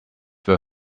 were